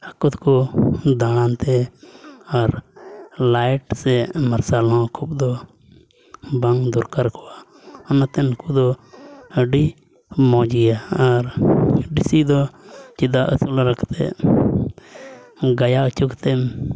ᱟᱠᱚ ᱛᱮᱠᱚ ᱫᱟᱬᱟᱱ ᱛᱮ ᱟᱨ ᱞᱟᱭᱤᱴ ᱥᱮ ᱢᱟᱨᱥᱟᱞ ᱦᱚᱸ ᱠᱷᱩᱵ ᱫᱚ ᱵᱟᱝ ᱫᱚᱨᱠᱟᱨ ᱠᱚᱣᱟ ᱚᱱᱟ ᱛᱮ ᱱᱩᱠᱩ ᱫᱚ ᱟᱹᱰᱤ ᱢᱚᱡᱽ ᱜᱮᱭᱟ ᱟᱨ ᱫᱮᱥᱤ ᱫᱚ ᱪᱮᱫᱟᱜ ᱟᱹᱥᱩᱞ ᱦᱟᱨᱟ ᱠᱟᱛᱮ ᱞᱮᱠᱟᱛᱮ ᱜᱟᱭᱟ ᱚᱪᱚ ᱠᱟᱛᱮ ᱮᱢ